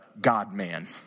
God-man